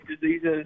diseases